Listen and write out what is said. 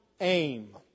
aim